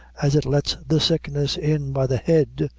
as it lets the sickness in by the head,